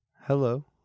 hello